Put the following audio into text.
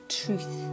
truth